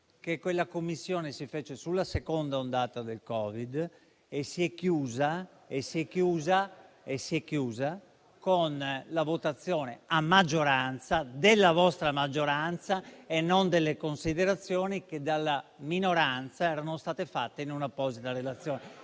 che quella commissione si fece sulla seconda ondata del Covid e si è conclusa con la votazione della vostra maggioranza e non delle considerazioni che dalla minoranza erano state fatte in una apposita relazione.